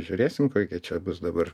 žiūrėsim kokia čia bus dabar